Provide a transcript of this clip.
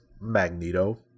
Magneto